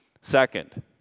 Second